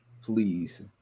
please